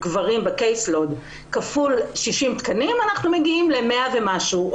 כפול 60 תקנים מגיעים לכ-200.